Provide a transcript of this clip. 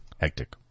hectic